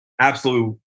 absolute